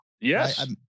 Yes